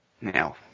Now